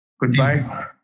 Goodbye